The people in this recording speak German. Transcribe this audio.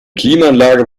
klimaanlage